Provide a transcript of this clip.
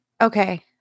Okay